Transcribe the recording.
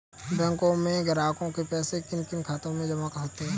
बैंकों में ग्राहकों के पैसे किन किन खातों में जमा होते हैं?